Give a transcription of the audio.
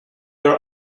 are